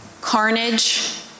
carnage